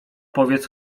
powiedz